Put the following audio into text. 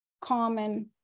common